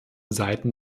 seiten